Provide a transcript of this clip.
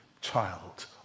child